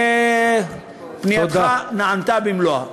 ופנייתך נענתה במלואה.